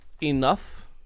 enough